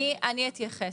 אני אתייחס.